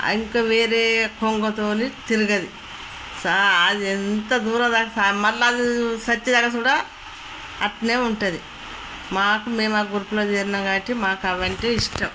ఇంక వేరే కొంగతోని తిరగదు సో అది ఎంత దూరం దాకా మళ్ళీ అది చచ్చేదాకా కూడా అలానే ఉంటుంది మాకు మేము ఆ గ్రూప్లో చేరినాము కాబట్టి మాకు అవంటే ఇష్టం